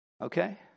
Okay